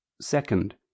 second